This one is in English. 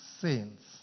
saints